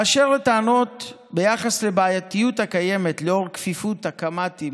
באשר לטענות ביחס לבעייתיות הקיימת לאור כפיפות הקמ"טים,